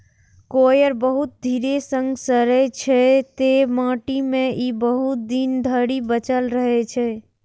coir बहुत धीरे सं सड़ै छै, तें माटि मे ई बहुत दिन धरि बचल रहै छै